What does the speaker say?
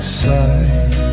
side